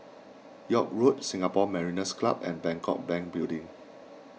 York Road Singapore Mariners' Club and Bangkok Bank Building